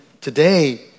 today